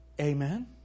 Amen